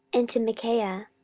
and to michaiah,